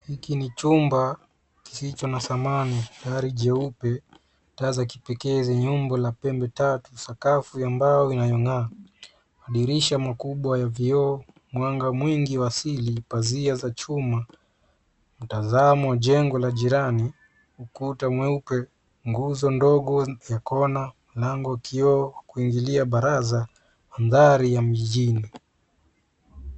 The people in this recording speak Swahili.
Hiki ni chumba kisicho na samani, dari jeupe, taa za kipekee zenye umbo la pembe tatu, sakafu ya mbao inayong'aa, madirisha makubwa ya vioo, mwanga mwingi wa asili, pazia za chuma, mtazamo jengo la jirani, ukuta mweupe, nguzo ndogo ya kona, lango kioo kuingilia baraza, mandhari ya mjini.